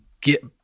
get